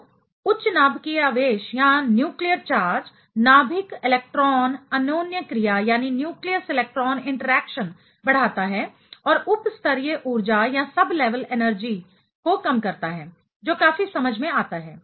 तो उच्च नाभिकीय आवेश न्यूक्लियर चार्ज नाभिक इलेक्ट्रॉन अन्योन्यक्रिया न्यूक्लियस इलेक्ट्रॉन इंटरेक्शन बढ़ाता है और उप स्तरीय ऊर्जा सब लेवल एनर्जी को कम करता है जो काफी समझ में आता है